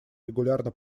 регулярно